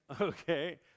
okay